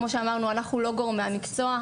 כמו שאמרנו, אנחנו לא גורמי המקצוע.